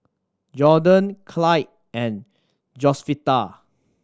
Jordon Clyde and Josefita